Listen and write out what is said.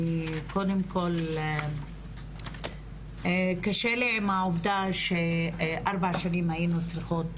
אני קודם כל קשה לי עם העובדה שארבע שנים היינו צריכות